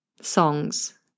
songs